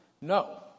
No